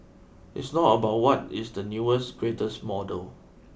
it's not about what is the newest greatest model